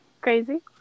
crazy